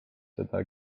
teda